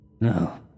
No